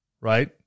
right